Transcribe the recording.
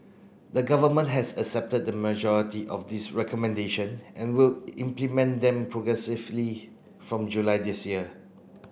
the Government has accepted the majority of these recommendation and will implement them progressively from July this year